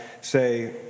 say